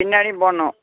பின்னாடியும் போடணும்